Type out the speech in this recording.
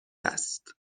است